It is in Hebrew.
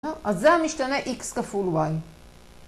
אז זה המשתנה איקס כפול וואי.